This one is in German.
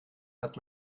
hat